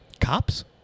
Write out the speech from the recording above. Cops